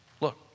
Look